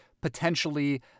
potentially